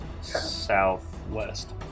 southwest